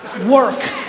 work,